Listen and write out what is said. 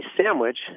sandwich